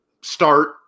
start